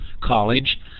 college